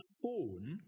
phone